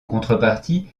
contrepartie